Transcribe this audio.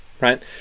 right